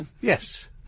Yes